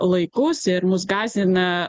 laikus ir mus gąsdina